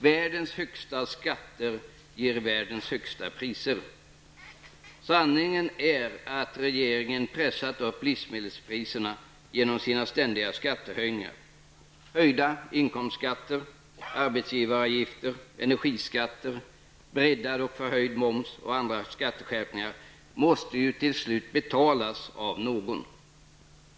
Världens högsta skatter ger världens högsta priser. Sanningen är den att regeringen har pressat upp livsmedelspriserna genom sina ständiga skattehöjningar. Höjda inkomstskatter, arbetsgivaravgifter och energiskatter, breddad och förhöjd moms samt andra skatteskärpningar måste till slut betalas av någon.